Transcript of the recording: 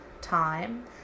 time